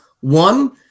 One